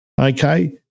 okay